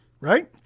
right